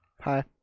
Hi